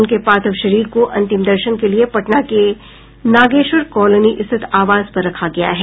उनके पार्थिव शरीर को अंतिम दर्शन के लिए पटना के नागेश्वर कॉलोनी स्थित आवास पर रखा गया है